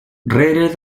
rere